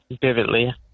vividly